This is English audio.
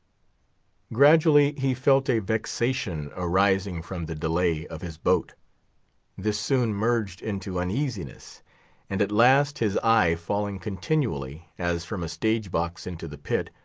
gradually he felt a vexation arising from the delay of his boat this soon merged into uneasiness and at last his eye falling continually, as from a stage-box into the pit,